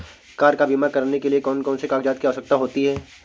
Car का बीमा करने के लिए कौन कौन से कागजात की आवश्यकता होती है?